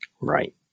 Right